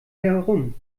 herum